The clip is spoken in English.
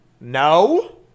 No